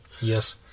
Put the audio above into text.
Yes